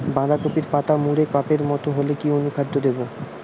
বাঁধাকপির পাতা মুড়ে কাপের মতো হলে কি অনুখাদ্য দেবো?